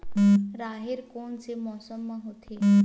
राहेर कोन से मौसम म होथे?